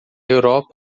europa